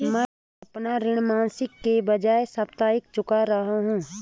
मैं अपना ऋण मासिक के बजाय साप्ताहिक चुका रहा हूँ